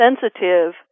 sensitive